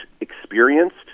experienced